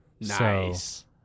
nice